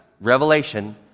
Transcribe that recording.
revelation